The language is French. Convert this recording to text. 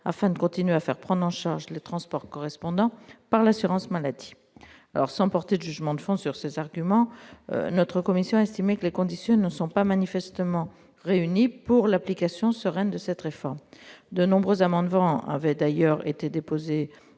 afin de continuer à faire prendre en charge les transports correspondants par l'assurance maladie. Sans porter de jugement sur le fond de ces arguments, notre commission a estimé que les conditions n'étaient manifestement pas réunies pour l'application sereine de cette réforme. De nombreux amendements avaient d'ailleurs été déposés